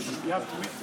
אדוני היושב-ראש.